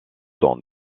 dans